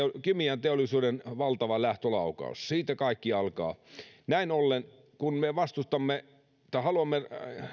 kemianteollisuuden valtava lähtölaukaus siitä kaikki alkaa näin ollen kun me haluamme